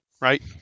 right